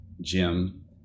Jim